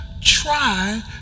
try